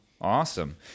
Awesome